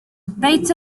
bata